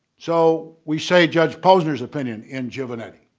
so we say judge posner's opinion in juvenet